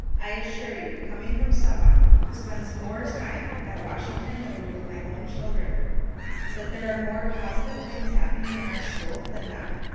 i assure you coming from someone who spends more time at washington than i do with my own children that there are more positive things happening in our school than not.